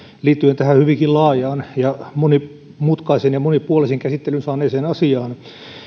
liittyen tähän hyvinkin laajaan ja monimutkaisen ja monipuolisen käsittelyn saaneeseen asiaan